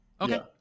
Okay